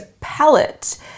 palette